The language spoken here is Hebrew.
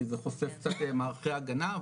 כי זה חושף קצת מערכי הגנה,